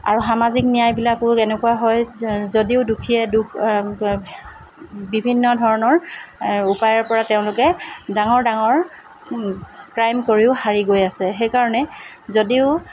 আৰু সামাজিক ন্যায়বিলাকো এনেকুৱা হয় যদিও দুখীয়ে দুখ বিভিন্ন ধৰণৰ উপায়ৰ পৰা তেওঁলোকে ডাঙৰ ডাঙৰ ক্ৰাইম কৰিও সাৰি গৈ আছে সেইকাৰণে যদিও